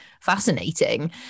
fascinating